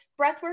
breathwork